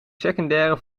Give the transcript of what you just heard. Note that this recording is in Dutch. secundaire